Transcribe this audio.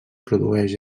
produeix